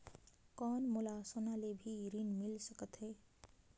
कौन मोला सोना ले भी ऋण मिल सकथे?